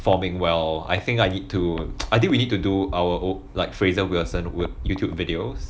forming well I think I need to I think we need to do own like fraser wilson wor~ youtube videos